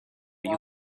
you